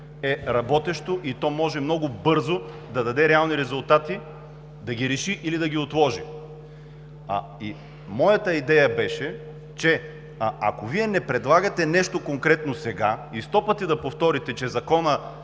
е работещо и то може много бързо да даде реални резултати – да го реши или да го отложи. Моята идея беше, че ако Вие не предлагате нещо конкретно сега, и сто пъти да повторите, че Законът